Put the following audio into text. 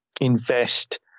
invest